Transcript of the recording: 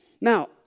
Now